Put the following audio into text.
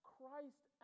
Christ